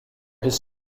his